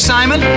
Simon